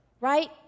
right